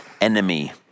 enemy